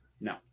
No